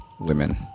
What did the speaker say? women